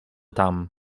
tam